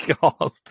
god